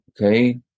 Okay